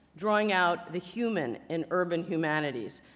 drawing out the human in urban humanities,